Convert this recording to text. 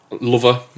lover